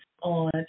on